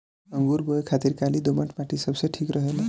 अंगूर बोए खातिर काली दोमट माटी सबसे ठीक रहेला